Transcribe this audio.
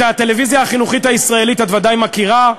את הטלוויזיה החינוכית הישראלית את ודאי מכירה.